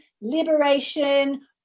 liberation